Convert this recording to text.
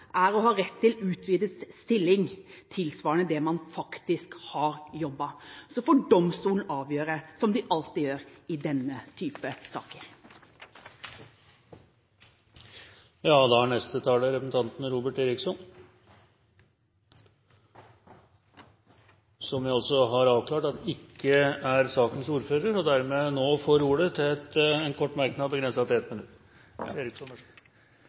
er å ha rett til utvidet stilling tilsvarende det man faktisk har jobbet. Så får domstolen avgjøre, som de alltid gjør, i denne type saker. Representanten Robert Eriksson har hatt ordet to ganger tidligere og får ordet til en kort merknad, begrenset til 1 minutt.